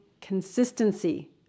consistency